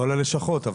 אבל לא ללשכות.